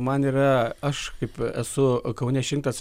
man yra aš kaip esu kaune šimtas